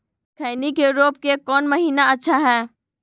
खैनी के रोप के कौन महीना अच्छा है?